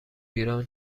ایران